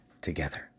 together